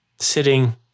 Sitting